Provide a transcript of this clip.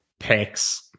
pecs